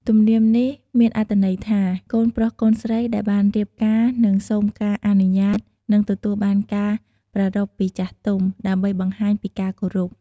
ទំនៀមនេះមានអត្ថន័យថា កូនប្រុសកូនស្រីដែលបានរៀបការនឹងសូមការអនុញ្ញាត និងទទួលបានការប្រារព្ធពីចាស់ទុំ ដើម្បីបង្ហាញពីការគោរព។